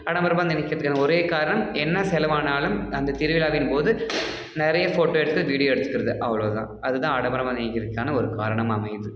ஆடம்பரமாக நினைக்கிறதுக்கான ஒரே காரணம் என்ன செலவானாலும் அந்தத் திருவிழாவின் போது நிறைய ஃபோட்டோ எடுத்து வீடியோ எடுத்துக்கிறது அவ்வளவு தான் அது தான் ஆடம்பரமாக நினைக்கிறதுக்கான ஒரு காரணமாக அமையுது